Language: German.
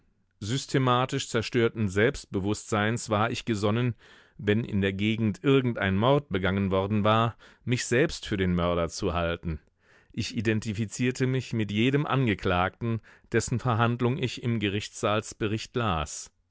systematisch zerstörten selbstbewußtseins war ich gesonnen wenn in der gegend irgend ein mord begangen worden war mich selbst für den mörder zu halten ich identifizierte mich mit jedem angeklagten dessen verhandlung ich im gerichtssaalsbericht las